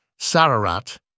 Sararat